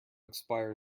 expire